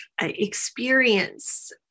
experience